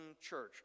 church